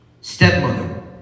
stepmother